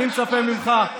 את זה אני מצפה ממך.